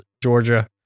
Georgia